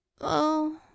Oh